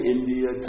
India